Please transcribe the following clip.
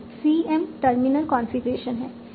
CM terminal configuration है